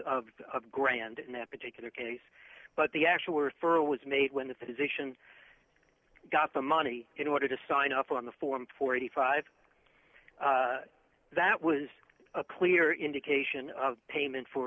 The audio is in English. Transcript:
of grand in that particular case but the actual referral was made when the physician got the money in order to sign off on the form forty five that was a clear indication of payment for